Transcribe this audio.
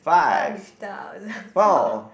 five thousand four